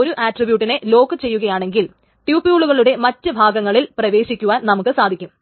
ഒരു ആട്രീബ്യൂട്ടിനെ ലോക്കു ചെയ്യുകയാണെങ്കിൽ ട്യൂപൂളുകളുടെ മറ്റ് ഭാഗങ്ങളിൽ പ്രവേശിക്കുവാൻ നമുക്ക് സാധിക്കും